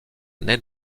naît